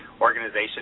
organization